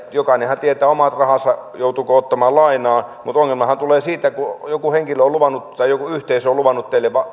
jokainen tietää omat rahansa joutuuko ottamaan lainaa mutta ongelmahan tulee siitä kun joku henkilö tai joku yhteisö on luvannut näille